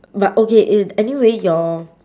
but okay i~ anyway your